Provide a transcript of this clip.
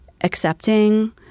accepting